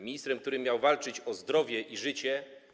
Ministrem, który miał walczyć o zdrowie i życie.